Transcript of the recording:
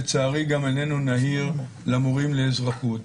לצערי, גם איננו נהיר למורים לאזרחות.